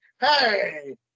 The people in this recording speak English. Hey